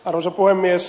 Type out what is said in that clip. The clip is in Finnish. arvoisa puhemies